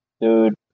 dude